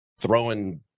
throwing